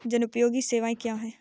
जनोपयोगी सेवाएँ क्या हैं?